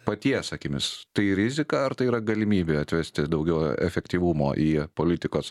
paties akimis tai rizika ar tai yra galimybė atvesti daugiau efektyvumo į politikos